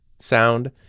sound